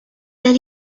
then